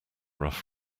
rough